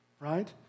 Right